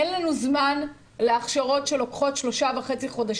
אין לנו זמן להכשרות שלוקחות שלושה וחצי חודשים,